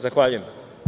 Zahvaljujem.